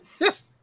Yes